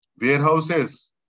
warehouses